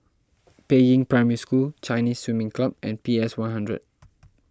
Peiying Primary School Chinese Swimming Club and P S one hundred